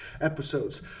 episodes